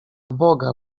boga